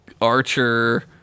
Archer